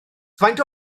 faint